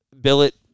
Billet